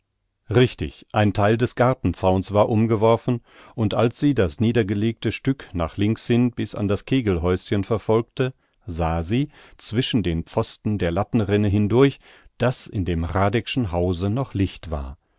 richtig ein theil des gartenzauns war umgeworfen und als sie das niedergelegte stück nach links hin bis an das kegelhäuschen verfolgte sah sie zwischen den pfosten der lattenrinne hindurch daß in dem hradscheck'schen hause noch licht war